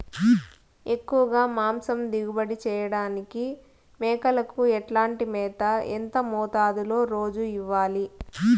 ఎక్కువగా మాంసం దిగుబడి చేయటానికి మేకలకు ఎట్లాంటి మేత, ఎంత మోతాదులో రోజు ఇవ్వాలి?